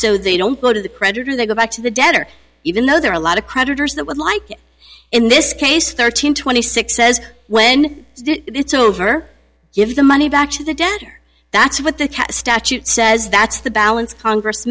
so they don't go to the creditor they go back to the debtor even though there are a lot of creditors that would like in this case thirteen twenty six says when it's over give the money back to the debtor that's what the statute says that's the balance congress